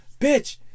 Bitch